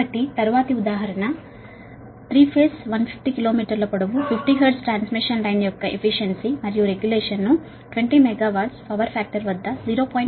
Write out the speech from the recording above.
కాబట్టి తరువాతి ఉదాహరణ 3 ఫేజ్ 150 కిలో మీటర్ల పొడవు 50 హెర్ట్జ్ ట్రాన్స్మిషన్ లైన్ యొక్క ఎఫిషియన్సీ మరియు రెగ్యులేషన్ ను డెరైవ్ చేసేటప్పుడు 20 మెగావాట్ పవర్ ఫాక్టర్ వద్ద 0